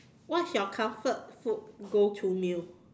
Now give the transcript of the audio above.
what's your comfort food go to meal